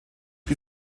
die